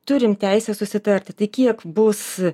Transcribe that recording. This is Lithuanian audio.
turim teisę susitarti tai kiek bus